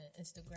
Instagram